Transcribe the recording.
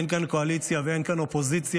אין כאן קואליציה ואין כאן אופוזיציה.